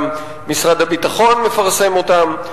גם משרד הביטחון מפרסם אותם.